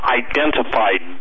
identified